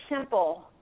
simple